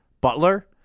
Butler